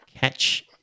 catch